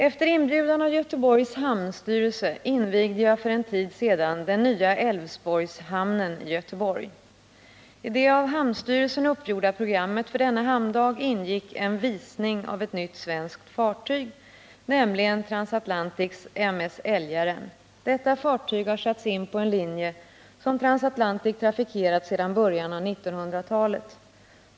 Efter inbjudan av Göteborgs hamnstyrelse invigde jag för en tid sedan den nya Älvsborgshamnen i Göteborg. I det av hamnstyrelsen uppgjorda programmet för denna hamndag ingick en visning av ett nytt svenskt fartyg, nämligen Transatlantics M/S Elgaren. Detta fartyg har satts in på en linje som Transatlantic trafikerat sedan början av 1900-talet.